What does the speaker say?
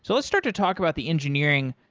so let's start to talk about the engineering.